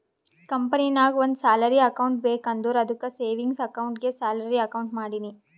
ಕಂಪನಿನಾಗ್ ಒಂದ್ salary account ಬೇಕ್ ಅಂದುರ್ ಅದ್ದುಕ್ ಸೇವಿಂಗ್ಸ್ ಅಕೌಂಟ್ಗೆ ಸ್ಯಾಲರಿ ಅಕೌಂಟ್ ಮಾಡಿನಿ